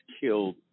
killed